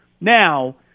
Now